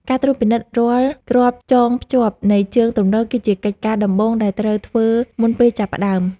ការត្រួតពិនិត្យរាល់គ្រាប់ចងជាប់នៃជើងទម្រគឺជាកិច្ចការដំបូងដែលត្រូវធ្វើមុនពេលចាប់ផ្តើម។